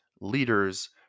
leaders